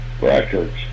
records